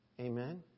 Amen